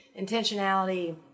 intentionality